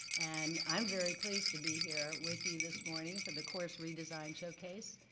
and i'm very pleased to be here with you this morning for the course redesign showcase.